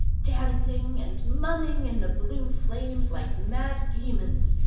dancing and mumming in the blue flames, like mad demons.